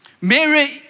Mary